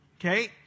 okay